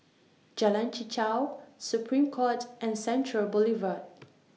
Jalan Chichau Supreme Court and Central Boulevard